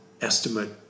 estimate